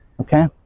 okay